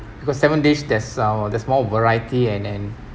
because seven dish there's uh there's more variety and and